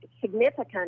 significant